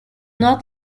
not